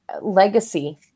legacy